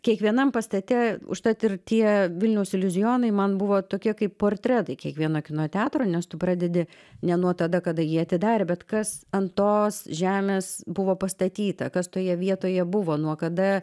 kiekvienam pastate užtat ir tie vilniaus iliuzijonai man buvo tokie kaip portretai kiekvieno kino teatro nes tu pradedi ne nuo tada kada jį atidarė bet kas ant tos žemės buvo pastatyta kas toje vietoje buvo nuo kada